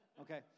Okay